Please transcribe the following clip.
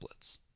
templates